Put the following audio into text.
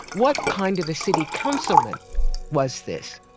what kind of a city councilman was this?